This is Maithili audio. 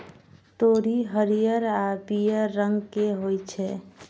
तोरी हरियर आ पीयर रंग के होइ छै